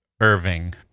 Irving